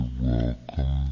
welcome